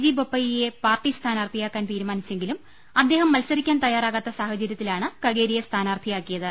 G ബൊപ്പയ്യയെ party സ്ഥാനാർത്ഥിയാക്കാൻ തീരുമാനിച്ചെങ്കിലും അദ്ദേഹം മത്സരിക്കാൻ തയാറാകാത്ത സാഹചര്യത്തിലാണ് കഗേരിയെ സ്ഥാനാർത്ഥിയാക്കിയത്